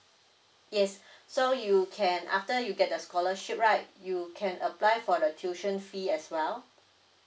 yes so you can after you get the scholarship right you can apply for the tuition fee as well